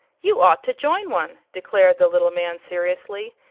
you ought to join one, declared the little man seriously.